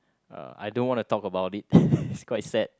uh I don't want to talk about it it's quite sad